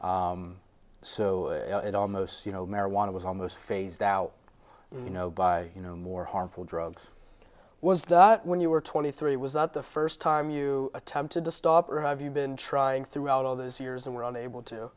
life so it almost you know marijuana was almost phased out you know by you know more harmful drugs was that when you were twenty three was that the first time you attempted to stop or have you been trying throughout all those years and were unable to